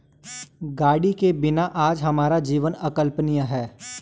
गाड़ी के बिना आज हमारा जीवन अकल्पनीय है